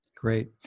Great